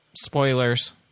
Spoilers